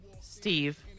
Steve